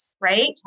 right